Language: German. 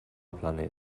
planet